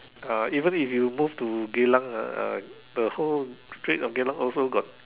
uh even if you move to Geylang ah the whole street of Geylang also got